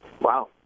Wow